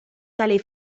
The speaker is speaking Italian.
tale